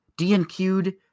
dnq'd